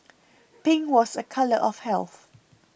pink was a colour of health